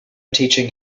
teaching